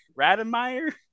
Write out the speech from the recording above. Rademeyer